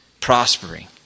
prospering